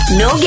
no